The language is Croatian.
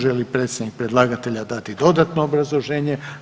Želi li predstavnik predlagatelja dati dodatno obrazloženje?